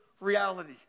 reality